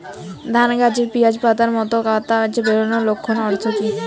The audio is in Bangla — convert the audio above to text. ধানের গাছে পিয়াজ পাতার মতো পাতা বেরোনোর লক্ষণের অর্থ কী?